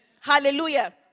Hallelujah